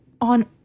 on